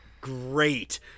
great